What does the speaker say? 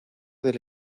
del